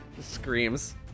Screams